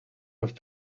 with